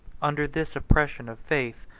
under this oppression of faith,